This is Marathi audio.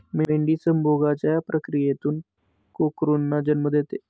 मेंढी संभोगाच्या प्रक्रियेतून कोकरूंना जन्म देते